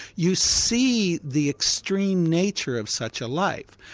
you see the extreme nature of such a life.